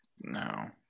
no